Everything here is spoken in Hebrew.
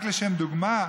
רק לשם דוגמה,